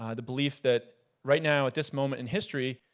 um the belief that right now at this moment in history,